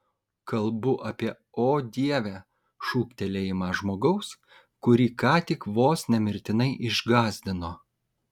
kalbu apie o dieve šūktelėjimą žmogaus kurį ką tik vos ne mirtinai išgąsdino